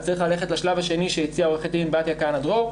אז צריך ללכת לשלב השני שהציעה עורכת הדין בתיה כהנא דרור.